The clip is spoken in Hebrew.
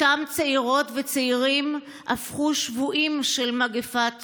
אותם צעירות וצעירים הפכו שבויים של מגפה בין-לאומית.